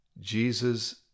Jesus